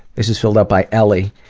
this is filled out by ellie,